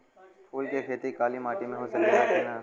फूल के खेती काली माटी में हो सकेला की ना?